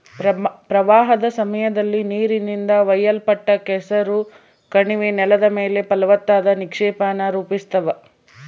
ಪ್ರವಾಹದ ಸಮಯದಲ್ಲಿ ನೀರಿನಿಂದ ಒಯ್ಯಲ್ಪಟ್ಟ ಕೆಸರು ಕಣಿವೆ ನೆಲದ ಮೇಲೆ ಫಲವತ್ತಾದ ನಿಕ್ಷೇಪಾನ ರೂಪಿಸ್ತವ